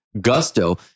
gusto